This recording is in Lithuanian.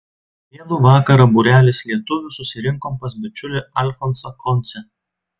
vėlų vakarą būrelis lietuvių susirinkom pas bičiulį alfonsą koncę